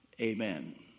amen